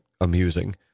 amusing